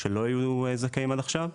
שלא היו זכאים עד עכשיו.